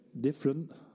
different